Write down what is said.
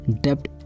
debt